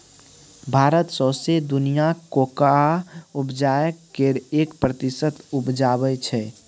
भारत सौंसे दुनियाँक कोकोआ उपजाक केर एक प्रतिशत उपजाबै छै